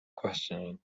questioning